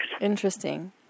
Interesting